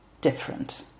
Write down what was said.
different